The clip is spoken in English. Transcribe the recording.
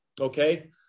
Okay